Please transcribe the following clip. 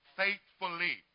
faithfully